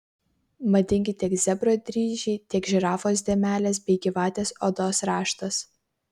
madingi tiek zebro dryžiai tiek žirafos dėmelės bei gyvatės odos raštas